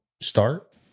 start